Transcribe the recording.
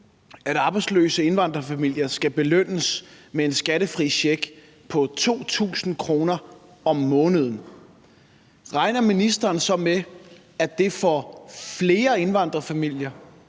at arbejdsløse indvandrerfamilier skal belønnes med en skattefri check på 2.000 kr. om måneden, regner ministeren så med, at det får flere indvandrerfamilier